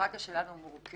הדמוקרטיה שלנו מורכבת